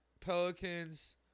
Pelicans